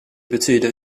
betyder